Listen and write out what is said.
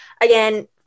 again